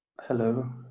Hello